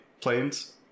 planes